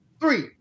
three